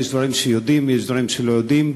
יש דברים שיודעים ויש דברים שלא יודעים.